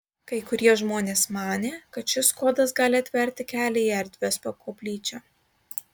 kai kurie žmonės manė kad šis kodas gali atverti kelią į erdves po koplyčia